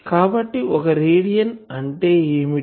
కాబట్టి ఒక రేడియన్ అంటే ఏమిటి